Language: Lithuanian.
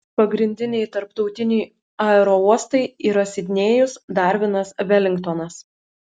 pagrindiniai tarptautiniai aerouostai yra sidnėjus darvinas velingtonas